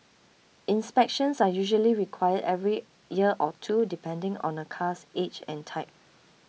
inspections are usually required every year or two depending on a car's age and type